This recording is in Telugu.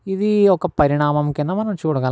ఇది ఒక పరిణామం కింద మనం చూడగలం